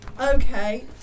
okay